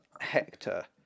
Hector